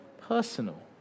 personal